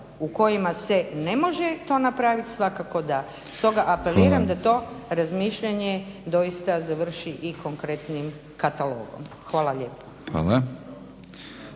u kojima se ne može to napravit svakako da. Stoga apeliram da to razmišljanje doista završi i konkretnim katalogom. Hvala lijepa.